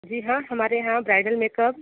जी हाँ हमारे यहां ब्राइडल मेकअप